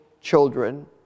children